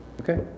Okay